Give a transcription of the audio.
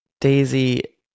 Daisy